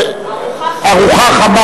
ארוחה חמה.